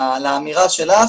לאמירה שלך